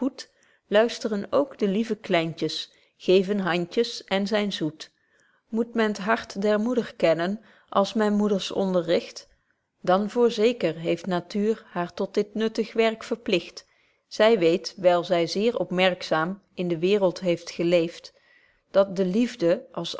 luist'ren ook de lieve kleintjes geven handjes en zyn zoet moet men t hart der moeders kennen als men moeders onderricht dan voorzeker heeft natuur haar tot dit nuttig werk verpligt zy weet wyl zy zeer opmerkzaam in de waereld heeft geleeft dat de liefde